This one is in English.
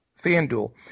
FanDuel